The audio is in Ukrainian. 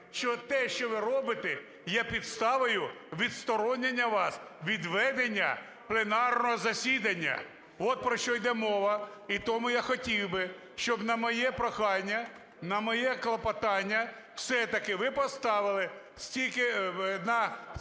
що те, що ви робите, є підставою відсторонення вас від ведення пленарного засідання. От про що іде мова. І тому я хотів би, щоб на моє прохання, на моє клопотання все-таки ви поставили, скільки